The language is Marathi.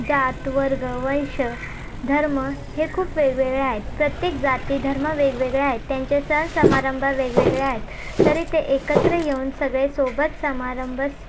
जात वर्ग वैश्य धर्म हे खूप वेगवेगळे आहेत प्रत्येक जाती धर्म वेगवेगळे आहेत त्यांचे सणसमारंभ वेगवेगळे आहेत तरी ते एकत्र येऊन सगळे सोबत समारंभ